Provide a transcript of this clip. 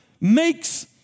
makes